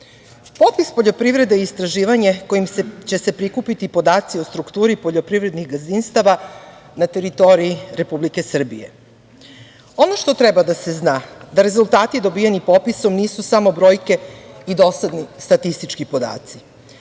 poljoprivrede je istraživanje kojim će se prikupiti podaci o strukturi poljoprivrednih gazdinstava, na teritoriji Republike Srbije. Ono što treba da se zna, da rezultati dobijeni popisom, nisu samo brojke i dosadni statistički podaci.